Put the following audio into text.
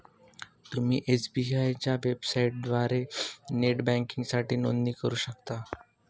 तुम्ही एस.बी.आय च्या वेबसाइटद्वारे नेट बँकिंगसाठी नोंदणी करू शकता